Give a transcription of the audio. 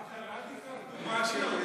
אל תיקח דוגמה אחת,